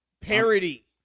Parody